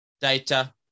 data